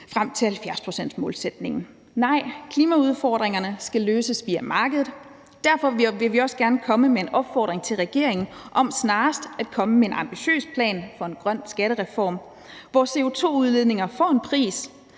frem til 70-procentsmålsætningen. Nej, klimaudfordringerne skal løses via markedet, og derfor vil vi også gerne komme med en opfordring til regeringen om snarest at komme med en ambitiøs plan for en grøn skattereform, hvor CO2-udledninger får en pris,